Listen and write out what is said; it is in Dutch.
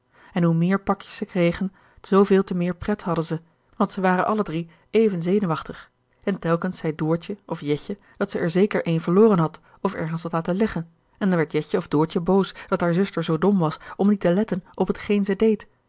en hoe meer pakjes zij kregen zooveel te meer pret hadden ze want zij waren alle drie even zenuwachtig en telkens zei doortje of jetje dat ze er zeker een verloren had of ergens had laten leggen en dan werd jetje of doortje boos dat haar zuster zoo dom was om niet te letten op hetgeen zij deed